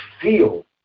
feel